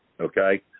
okay